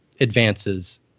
advances